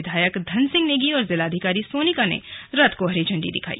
विधायक धन सिंह नेगी और जिलाधिकारी सोनिका ने रथ को हरी झंडी दिखाई